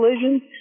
collisions